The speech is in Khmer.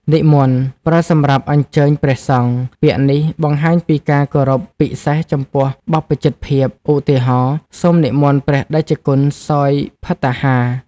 និមន្ត ប្រើសម្រាប់អញ្ជើញព្រះសង្ឃ ពាក្យនេះបង្ហាញពីការគោរពពិសេសចំពោះបព្វជិតភាព ឧទាហរណ៍ សូមនិមន្តព្រះតេជគុណសោយភត្តាហារ។